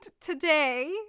today